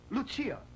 Lucia